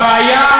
הבעיה,